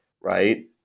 right